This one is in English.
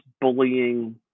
bullying